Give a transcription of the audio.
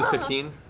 fifteen,